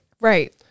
Right